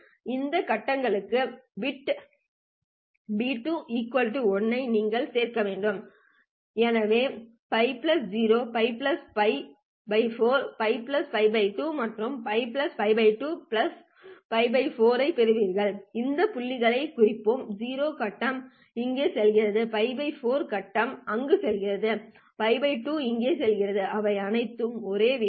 இந்த கட்டங்களுக்கு பிட் பி 2 1 ஐ நீங்கள் சேர்க்க வேண்டும் எனவே π 0 π π 4 π π 2 மற்றும் π π 2 π 4 ஐப் பெறுங்கள் இந்த புள்ளிகளைக் குறிப்போம் 0 கட்டம் இங்கே செல்கிறது π 4 கட்டம் அங்கு செல்கிறது π 2 இங்கே செல்கிறது அவை அனைத்தும் ஒரே வீச்சு